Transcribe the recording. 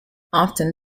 often